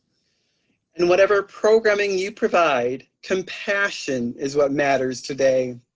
and whatever programing you provide, compassion is what matters today.